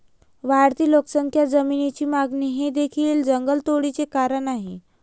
वाढती लोकसंख्या, जमिनीची मागणी हे देखील जंगलतोडीचे कारण आहे